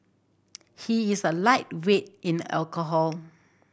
he is a lightweight in alcohol